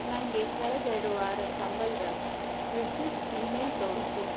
ನನಗೆ ಕಳೆದ ಎರಡು ವಾರದ ಸಂಬಳದ ರೆಸೀಟ್ ಇಮೇಲ್ ತೋರಿಸು